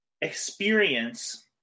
experience